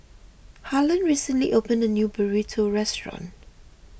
Harlon recently opened a new Burrito restaurant